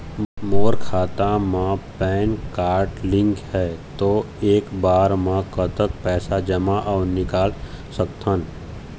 मोर खाता मा PAN card link हे ता एक बार मा कतक पैसा जमा अऊ निकाल सकथन?